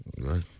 Right